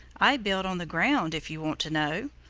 i build on the ground, if you want to know.